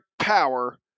power